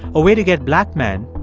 a way to get black men,